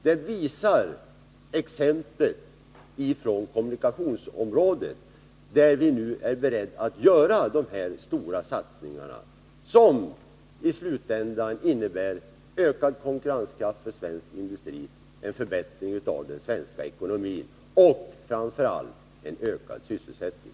Det visar exemplet ifrån kommunika tionsområdet, där vi nu är beredda att göra dessa stora satsningar som i slutändan innebär ökad konkurrenskraft för svensk industri, en förbättring av den svenska ekonomin och framför allt en ökad sysselsättning.